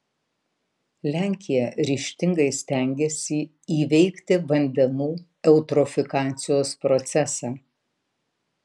lenkija ryžtingai stengiasi įveikti vandenų eutrofikacijos procesą